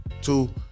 two